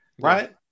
right